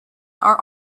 are